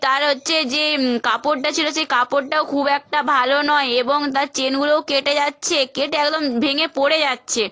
তার হচ্ছে যে কাপড়টা ছিল সেই কাপড়টাও খুব একটা ভালো নয় এবং তার চেনগুলোও কেটে যাচ্ছে কেটে একদম ভেঙে পড়ে যাচ্ছে